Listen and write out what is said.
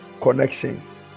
connections